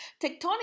tectonic